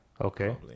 Okay